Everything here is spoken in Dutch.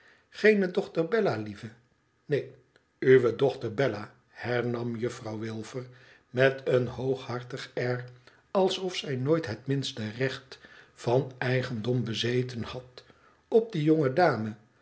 geene dochter bella lieve neen uwe dochter bella hernam juffrouw wilfer met een hooghartig air ahof zij nooit het minste recht van eigendom bezeten had op die